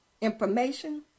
information